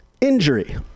Injury